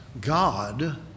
God